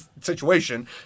situation